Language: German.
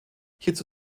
hierzu